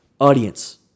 audience